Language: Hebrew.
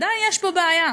עדיין יש פה בעיה.